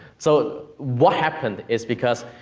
so, what happened, is because,